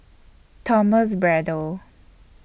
Thomas Braddell